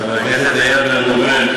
חבר הכנסת איל בן ראובן,